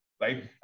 right